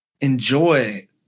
enjoy